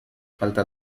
falta